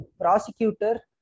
Prosecutor